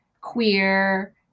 queer